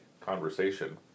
conversation